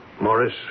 Morris